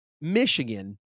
Michigan